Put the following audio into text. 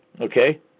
okay